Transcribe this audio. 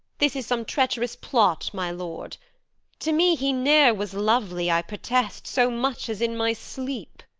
this is some treacherous plot, my lord to me he ne'er was lovely, i protest, so much as in my sleep.